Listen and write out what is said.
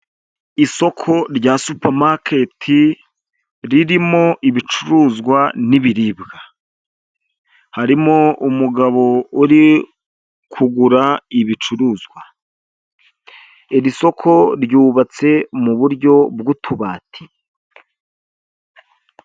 Isoko rya supamaketi ririmo ibicuruzwa n'ibiribwa. Harimo umugabo uri kugura ibicuruzwa, iri soko ryubatse mu buryo bw'utubati.